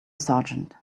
sergeant